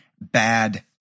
bad